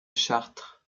chartres